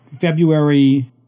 February